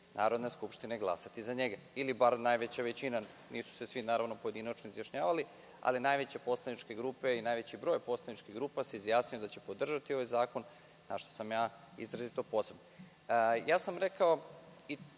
Narodne skupštine glasati za njega ili bar najveća većina. Naravno, nisu se svi pojedinačno izjašnjavali, ali najveće poslaničke grupe i najveći broj poslaničkih grupa se izjasnilo da će podržati ovaj zakon, na šta sam ja izrazito ponosan. Rekao